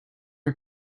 are